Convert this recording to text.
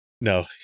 No